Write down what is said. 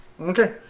Okay